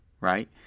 right